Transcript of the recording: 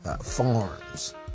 farms